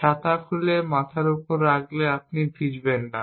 ছাতা খুলে মাথার ওপর রাখলে আপনি ভিজবেন না